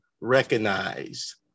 recognize